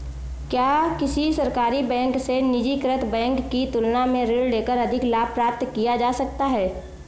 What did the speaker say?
क्या किसी सरकारी बैंक से निजीकृत बैंक की तुलना में ऋण लेकर अधिक लाभ प्राप्त किया जा सकता है?